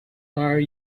are